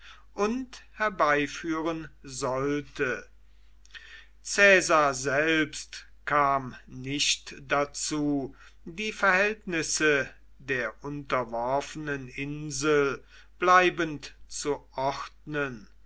und herbeiführen sollte caesar selbst kam nicht dazu die verhältnisse der unterworfenen insel bleibend zu ordnen